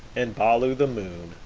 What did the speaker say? and bahloo the moon